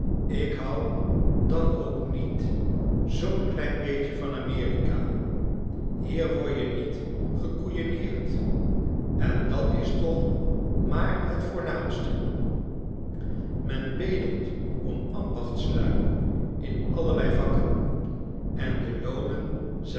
ik hou dan ook niet zoo'n klein beetje van amerika hier wor je niet gekoejonneerd en dat is toch maar het voornaamste men bedelt om ambachtslui in allerlei vakken en de loonen zijn